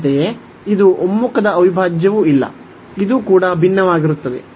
ಅಂತೆಯೇ ಇದು ಒಮ್ಮುಖದ ಅವಿಭಾಜ್ಯದಲ್ಲಿಯೂ ಇಲ್ಲ ಇದು ಕೂಡ ಭಿನ್ನವಾಗಿರುತ್ತದೆ